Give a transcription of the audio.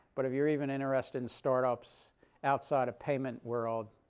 but if you're even interested in startups outside of payment world,